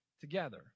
together